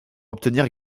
obtenir